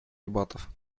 дебатов